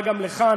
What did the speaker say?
בא גם לכאן,